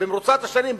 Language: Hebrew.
במרוצת השנים,